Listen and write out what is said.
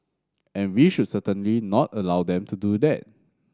and we should certainly not allow them to do that